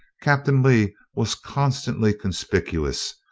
captain lee was constantly conspicuous,